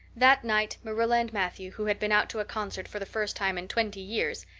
that night marilla and matthew, who had been out to a concert for the first time in twenty years,